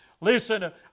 Listen